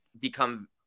become